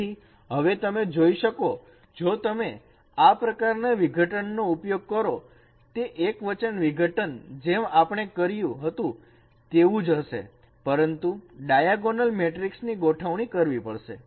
તેથી હવે તમે જોઈ શકો જો તમે આ પ્રકારના વિઘટન નો ઉપયોગ કરો તે એક વચન વિઘટન જેમ આપણે કર્યું હતું તેવું જ હશે પરંતુ ડાયાગોનલ મેટ્રિકસ ની ગોઠવણી કરવી પડશે